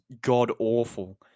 god-awful